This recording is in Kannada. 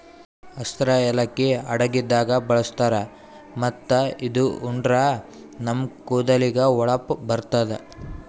ಹಸ್ರ್ ಯಾಲಕ್ಕಿ ಅಡಗಿದಾಗ್ ಬಳಸ್ತಾರ್ ಮತ್ತ್ ಇದು ಉಂಡ್ರ ನಮ್ ಕೂದಲಿಗ್ ಹೊಳಪ್ ಬರ್ತದ್